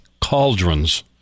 cauldrons